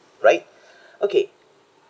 right okay